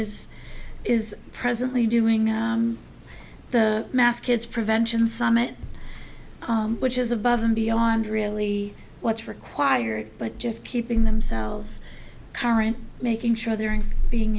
is is presently doing the mass kids prevention summit which is above and beyond really what's required but just keeping themselves current making sure they're being